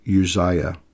Uzziah